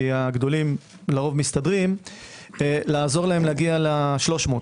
הגדולים לרוב מסתדרים לעזור להם להגיע ל-300,